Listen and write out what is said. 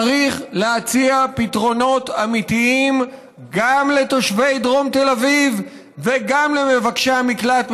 צריך להציע פתרונות אמיתיים גם לתושבי דרום תל אביב וגם למבקשי המקלט,